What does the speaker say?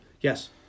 yes